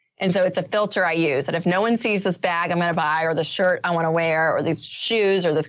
and so it's a filter. i use that if no one sees this bag, i'm going to buy, or the shirt i want to wear, or these shoes or this,